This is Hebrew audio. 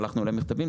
שלחנו אליהם מכתבים,